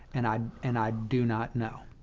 and i and i do not know.